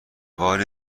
باری